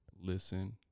listen